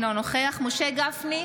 אינו נוכח משה גפני,